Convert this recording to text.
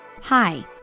Hi